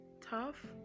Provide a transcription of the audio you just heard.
tough